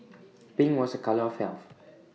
pink was A colour of health